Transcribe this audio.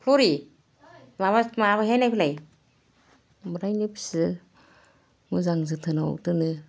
हरि माबा माबाबायबाय नायफैलाय ओमफ्रायनो फियो मोजां जोथोनाव दोनो